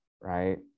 right